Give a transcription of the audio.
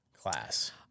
class